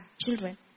children